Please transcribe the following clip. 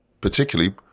particularly